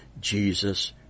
Jesus